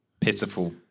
pitiful